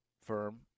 firm